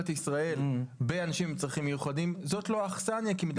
ישראל באנשים עם צרכים מיוחדים זאת לא האכסניה כי זה מדבר על.